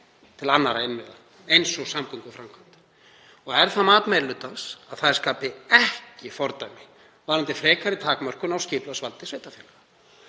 til annarra innviða eins og samgönguframkvæmda. Það er mat meiri hlutans að það skapi ekki fordæmi varðandi frekari takmörkun á skipulagsvaldi sveitarfélaga.